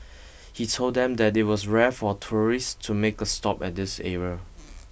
he told them that it was rare for tourists to make a stop at this area